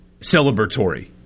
celebratory